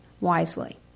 wisely